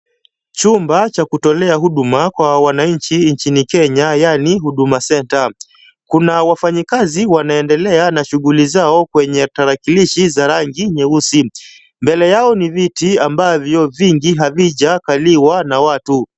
Chumba cha kutolea huduma kwa wananchi nchini Kenya yani Huduma Centre. Kuna wafanyikazi wanaendelea na shughuli zao kwenye tarakilishi za rangi nyeusi. Mbele yao ni viti ambavyo vingi havijakaliwa na watu.